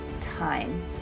time